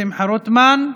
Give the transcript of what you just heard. שמחה רוטמן.